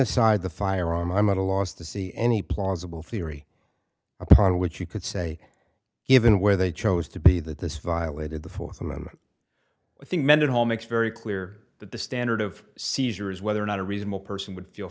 aside the firearm i'm at a loss to see any plausible theory upon which you could say given where they chose to be that this violated the fourth amendment i think mendenhall makes very clear that the standard of seizure is whether or not a reasonable person would feel